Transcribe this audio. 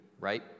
right